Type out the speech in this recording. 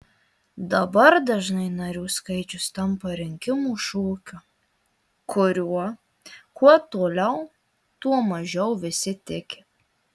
dabar dažnai narių skaičius tampa rinkimų šūkiu kuriuo kuo toliau tuo mažiau visi tiki